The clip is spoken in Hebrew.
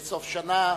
סוף שנה,